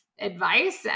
Advice